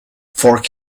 for